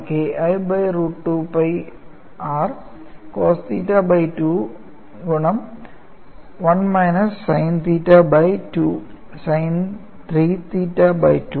K I by root 2 pi R cos theta by 2 ഗുണം 1 minus sine theta by 2 sine 3 theta by 2